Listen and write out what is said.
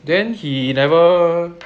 then he never